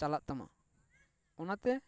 ᱪᱟᱞᱟᱜ ᱛᱟᱢᱟ ᱚᱱᱟᱛᱮ